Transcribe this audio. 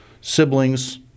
siblings